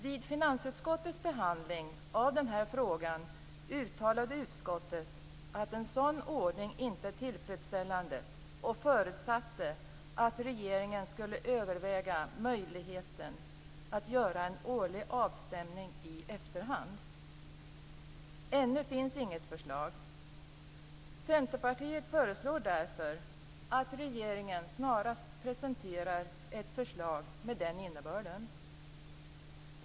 Vid finansutskottets behandling av den här frågan uttalade utskottet att en sådan ordning inte är tillfredsställande och förutsatte att regeringen skulle överväga möjligheten att göra en årlig avstämning i efterhand. Ännu finns det inget förslag. Vi i Centerpartiet föreslår därför att regeringen snarast presenterar ett förslag med den innebörden.